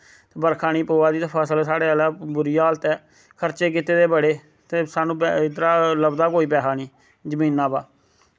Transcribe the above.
बर्खा नी पवा दी ते फसल साढ़े आह्ला बुरी हालत ऐ खर्चे कीते दे बड़े ते स्हानू इध्दरा लब्भदा कोई पैसा नी जमीना दा